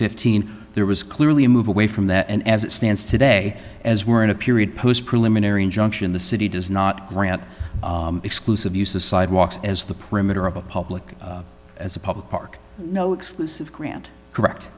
fifteen there was clearly a move away from that and as it stands today as we're in a period post preliminary injunction the city does not grant exclusive use of sidewalks as the perimeter of a public as a public park no exclusive grant correct